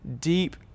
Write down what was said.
deep